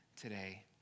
today